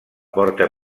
porta